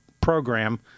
program